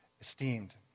esteemed